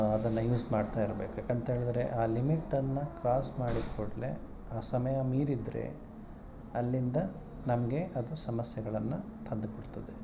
ಅದನ್ನು ಯೂಸ್ ಮಾಡ್ತಾಯಿರ್ಬೇಕು ಯಾಕಂತ ಹೇಳಿದರೆ ಆ ಲಿಮಿಟನ್ನು ಕ್ರಾಸ್ ಮಾಡಿದ ಕೂಡಲೇ ಆ ಸಮಯ ಮೀರಿದರೆ ಅಲ್ಲಿಂದ ನಮಗೆ ಅದು ಸಮಸ್ಯೆಗಳನ್ನು ತಂದು ಬಿಡ್ತದೆ